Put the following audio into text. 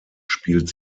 spielt